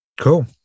Cool